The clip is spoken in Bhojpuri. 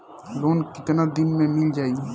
लोन कितना दिन में मिल जाई?